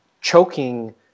choking